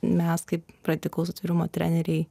mes kaip radikalaus atvirumo treneriai